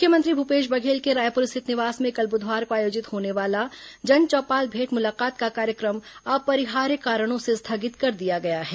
मुख्यमंत्री भूपेश बघेल के रायपुर स्थित निवास में कल बुधवार को आयोजित होने वाला जनचौपाल भेंट मुलाकात का कार्यक्रम अपरिहार्य कारणों से स्थगित कर दिया गया है